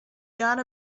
got